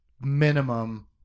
minimum